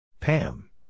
Pam